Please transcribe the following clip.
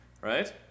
right